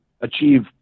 achieve